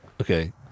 Okay